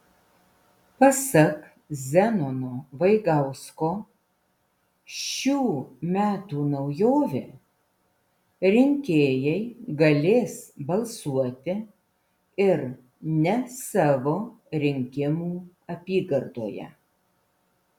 pasak zenono vaigausko šių metų naujovė rinkėjai galės balsuoti ir ne savo rinkimų apygardoje